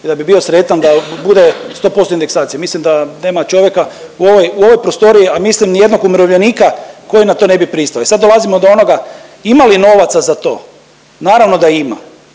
mi da bi bio sretan da bude 100% indeksacija. Mislim da nema čovjeka u ovoj, u ovoj prostoriji, a mislim ni jednog umirovljenika koji na to ne bi pristao i sad dolazimo do onoga ima li novaca za to? Naravno da ima,